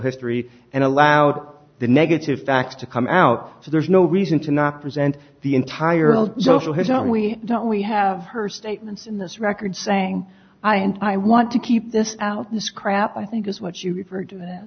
history and allowed the negative facts to come out so there's no reason to not present the entire social who don't we don't we have her statements in this record saying i and i want to keep this out this crap i think is what you referred